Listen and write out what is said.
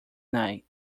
night